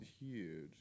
huge